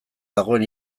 dagoen